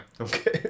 okay